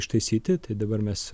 ištaisyti tai dabar mes